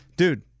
Dude